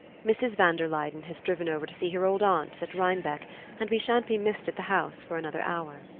mrs. van der luyden has driven over to see her old aunts at rhinebeck and we shan't be missed at the house for another hour.